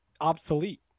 obsolete